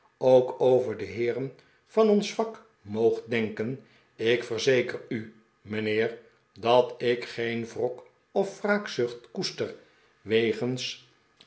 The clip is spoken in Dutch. ook over de heeren van ons vak moogt denken ik verzeker u mijnheer dat ik geen wrok of wraakzucht koester wegens